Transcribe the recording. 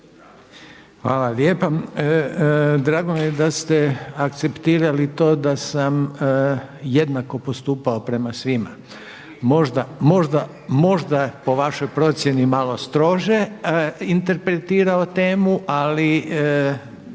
Hvala lijepa. Drago mi je da ste akceptirali to da sam jednako postupao prema svima. Možda po vašoj procjeni malo strože interpretirao temu ali